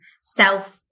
self